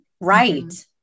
Right